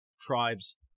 tribes